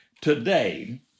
today